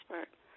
expert